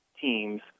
teams